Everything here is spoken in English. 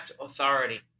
authority